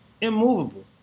immovable